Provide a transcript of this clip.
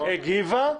הגיבה,